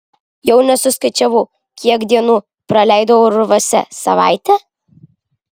jau nesuskaičiavau kiek dienų praleidau urvuose savaitę